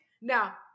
Now